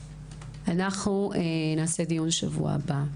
אנחנו נעשה דיון בשבוע הבא.